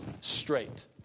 straight